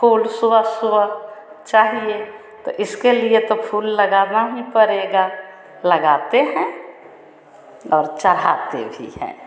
फूल सुबह सुबह चाहिए तो इसके लिए तो फूल लगाना ही पड़ेगा लगाते हैं और चढ़ाते भी हैं